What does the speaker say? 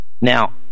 now